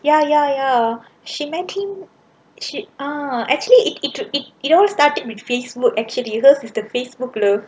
ya ya ya she met him she uh actually it it it all started with Facebook actually hers is a Facebook love